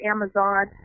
Amazon